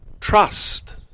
trust